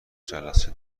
جلسه